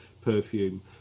perfume